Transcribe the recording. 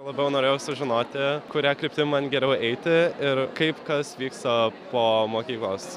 labiau norėjau sužinoti kuria kryptim man geriau eiti ir kaip kas vyksta po mokyklos